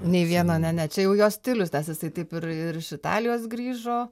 nei vieno ne ne čia jau jo stilius nes jisai taip ir ir iš italijos grįžo